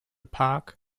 park